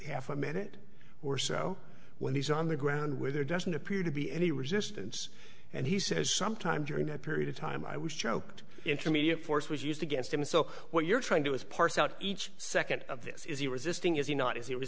half a minute or so when he's on the ground where there doesn't appear to be any resistance and he says sometime during that period of time i was choked intermediate force was used against him so what you're trying to is parse out each second of this is he resisting is he not is he was